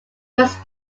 was